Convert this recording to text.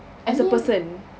as a person